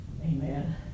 Amen